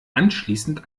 anschließend